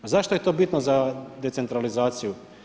Zašto je to bitno za decentralizaciju?